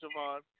Javon